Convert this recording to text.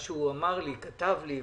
על מה שהוא אמר לי וכתב לי,